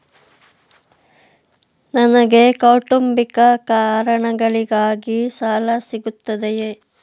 ನನಗೆ ಕೌಟುಂಬಿಕ ಕಾರಣಗಳಿಗಾಗಿ ಸಾಲ ಸಿಗುತ್ತದೆಯೇ?